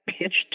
pitched